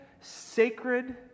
sacred